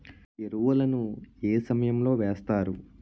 ఎరువుల ను ఏ సమయం లో వేస్తారు?